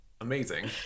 Amazing